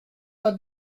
pas